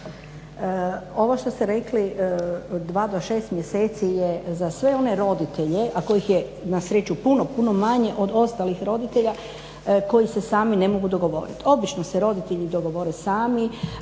Ovo što ste rekli od 2 do 6 mjeseci je za sve one roditelje a kojih je na sreću puno, puno manje od ostalih roditelja koji se sami ne mogu dogovoriti. Obično se roditelji dogovore sami